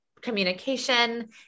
communication